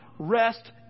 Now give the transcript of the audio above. Rest